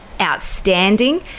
outstanding